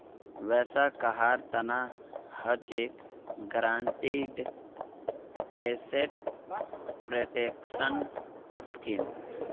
वैसा कहार तना हछेक गारंटीड एसेट प्रोटेक्शन स्कीम